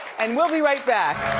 and we'll be right back.